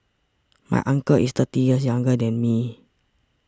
my uncle is thirty years younger than me